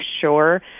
sure